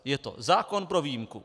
Je to zákon pro výjimku.